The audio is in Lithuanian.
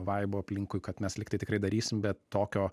vaibo aplinkui kad mes lyg tai tikrai darysim bet tokio